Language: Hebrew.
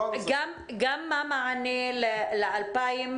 גם מה המענה ל-2,000,